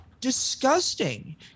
disgusting